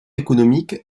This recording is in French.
économiques